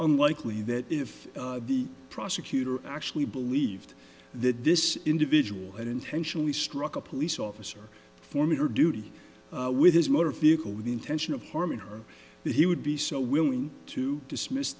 unlikely that if the prosecutor actually believed that this individual and intentionally struck a police officer formatter duty with his motor vehicle with the intention of harming her that he would be so willing to dismiss